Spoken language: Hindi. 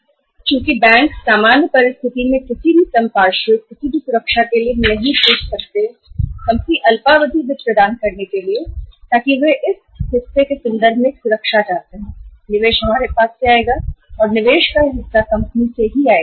और क्योंकि बैंक सामान्य परिस्थितियों में अल्पकालिक वित्त प्रदान करने के लिए कंपनी का किसी भी संपार्श्विक या कॉलेटरल या अन्य सुरक्षा के लिए नहीं पूछ सकते इसलिए वे इस संदर्भ में एक सुरक्षा चाहते हैं कि कितना निवेश हमारे पास से आएगा और कितना निवेश स्वयं कंपनी करेगी